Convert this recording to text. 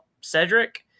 Cedric